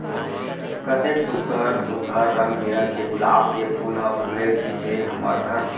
कतेक सुग्घर सुघ्घर रंग बिरंग के गुलाब के फूल ह फूले रिहिस हे हमर घर